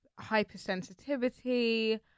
Hypersensitivity